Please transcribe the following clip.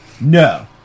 No